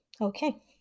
okay